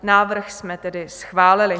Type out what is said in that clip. Návrh jsme tedy schválili.